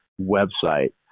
website